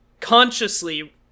consciously